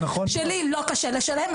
שלי לא קשה לשלם,